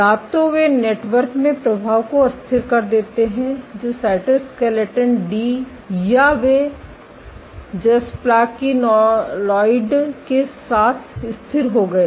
या तो वे नेटवर्क में प्रभाव को अस्थिर कर देते हैं जो साइटोस्केलेटन डी साइटो डी या वे जसप्लाकीनोलाइड के साथ स्थिर हो गए